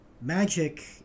magic